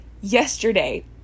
yesterday